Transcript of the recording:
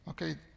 Okay